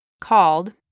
called